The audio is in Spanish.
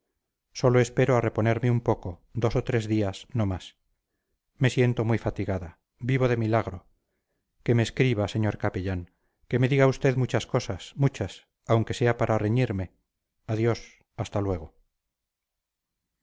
sólo espero a reponerme un poco dos o tres días no más me siento muy fatigada vivo de milagro que me escriba señor capellán que me diga usted muchas cosas muchas aunque sea para reñirme adiós hasta luego